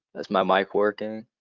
is my mic working?